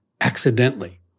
accidentally